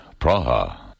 Praha